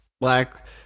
black